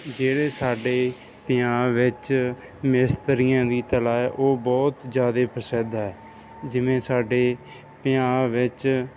ਜਿਹੜੇ ਸਾਡੇ ਪੰਜਾਬ ਵਿੱਚ ਮਿਸਤਰੀਆਂ ਦੀ ਕਲਾ ਹੈ ਉਹ ਬਹੁਤ ਜ਼ਿਆਦੇ ਪ੍ਰਸਿੱਧ ਹੈ ਜਿਵੇਂ ਸਾਡੇ ਪੰਜਾਬ ਵਿੱਚ